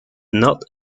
not